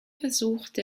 versuchte